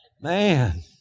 Man